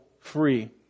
free